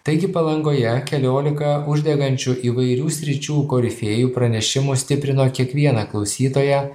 taigi palangoje keliolika uždegančių įvairių sričių korifėjų pranešimų stiprino kiekvieną klausytoją